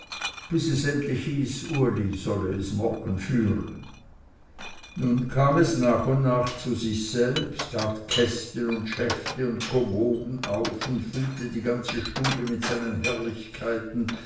endlich hieß uli solle es morgen führen nun kam es nach und nach zu sich selbst tat kästen und schäfte und kommoden auf und füllte die ganze stube mit seinen herrlichkeiten